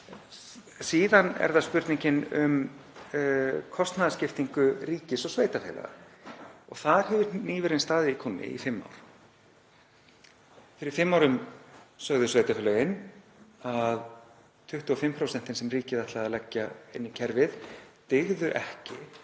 Síðan er það spurningin um kostnaðarskiptingu ríkis og sveitarfélaga. Þar hefur hnífurinn staðið í kúnni í fimm ár. Fyrir fimm árum sögðu sveitarfélögin að 25% sem ríkið ætlaði að leggja inn í kerfið dygðu ekki,